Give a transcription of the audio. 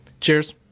Cheers